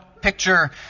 picture